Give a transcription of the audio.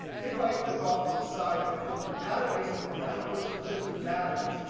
if i click off to the side for filter database, that was the filter database.